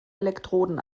elektroden